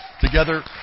together